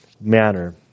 manner